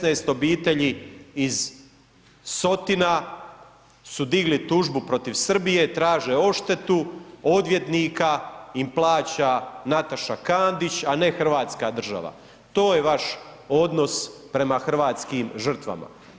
16 obitelji iz Sotina su digli tužbu protiv Srbije, traže odštetu, odvjetnika im plaća Nataša Kandić, a ne hrvatska država, to je vaš odnos prema hrvatskim žrtvama.